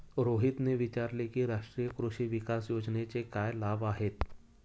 रोहितने विचारले की राष्ट्रीय कृषी विकास योजनेचे काय लाभ आहेत?